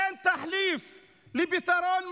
אין תחליף לפתרון מדיני.